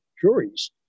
juries